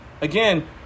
again